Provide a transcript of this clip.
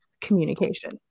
communication